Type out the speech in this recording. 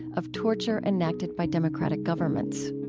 of torture enacted by democratic governments